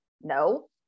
No